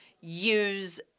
use